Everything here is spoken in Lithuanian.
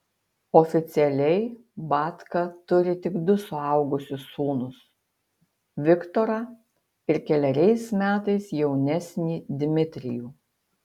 oficialiai batka turi tik du suaugusius sūnus viktorą ir keleriais metais jaunesnį dmitrijų